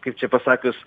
kaip čia pasakius